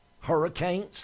Hurricanes